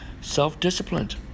self-disciplined